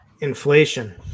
Inflation